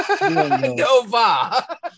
Nova